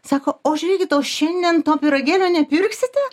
sako o žiūrėkit o šiandien to pyragėlio nepirksite